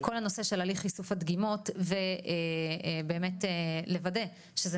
כל הנושא של הליך איסוף הדגימות ובאמת לוודא שזה